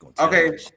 Okay